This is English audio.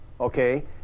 okay